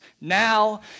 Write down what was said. Now